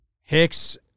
Hicks